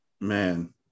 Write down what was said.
Man